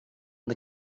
the